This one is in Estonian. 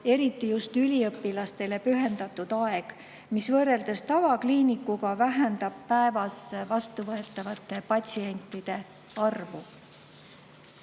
eriti üliõpilastele pühendatud aeg, mis võrreldes tavakliinikuga vähendab päevas vastuvõetavate patsientide arvu.